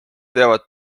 teavad